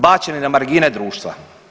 bačeni na margine društva.